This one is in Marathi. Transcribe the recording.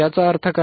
याचा अर्थ काय